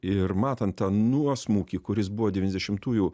ir matant tą nuosmukį kuris buvo devyniasdešimtųjų